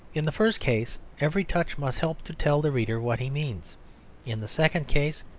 in the first case, every touch must help to tell the reader what he means in the second case,